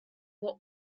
what